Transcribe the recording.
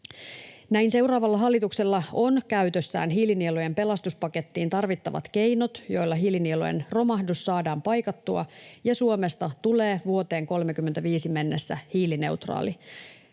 Näin seuraavalla hallituksella on käytössään hiilinielujen pelastuspakettiin tarvittavat keinot, joilla hiilinielujen romahdus saadaan paikattua, ja Suomesta tulee vuoteen 35 mennessä hiilineutraali.